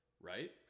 Right